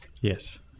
Yes